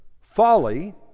Folly